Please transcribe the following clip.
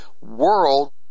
world